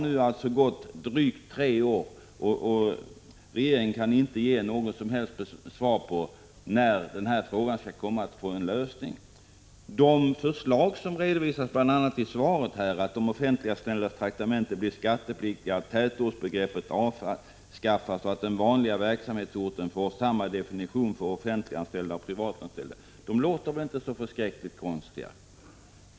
Det har alltså gått drygt tre år, och regeringen kan inte ge något som helst besked om när denna fråga skall få en lösning. De förslag som bl.a. redovisas i svaret, dvs. att de ”offentliganställdas traktamenten blir skattepliktiga, att tätortsbegreppet avskaffas och att den vanliga verksamhetsorten får samma definition för offentliganställda och privatanställda”, låter inte så konstiga.